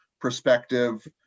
perspective